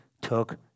took